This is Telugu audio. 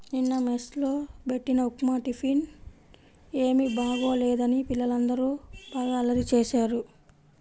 నిన్న మెస్ లో బెట్టిన ఉప్మా టిఫిన్ ఏమీ బాగోలేదని పిల్లలందరూ బాగా అల్లరి చేశారు